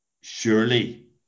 surely